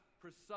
precise